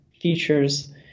features